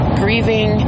grieving